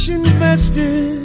invested